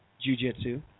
Jiu-Jitsu